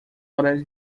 olha